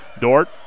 Dort